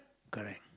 correct